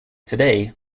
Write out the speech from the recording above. today